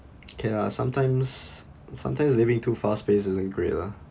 okay lah sometimes sometimes living too fast paced isn't great lah